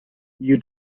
you